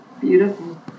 Beautiful